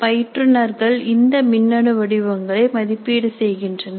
பயிற்றுநர்கள் இந்த மின்னணு வடிவங்களை மதிப்பீடு செய்கின்றனர்